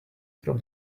from